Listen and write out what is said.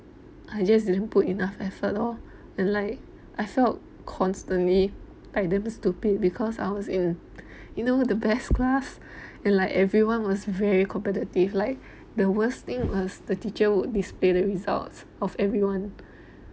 I just didn't put enough effort lor like I felt constantly damn stupid because I was in you know the best class and like everyone was very competitive like the worst thing was the teacher would display the results of everyone